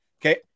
Okay